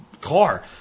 car